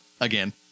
again